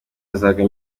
azahabwa